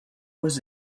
was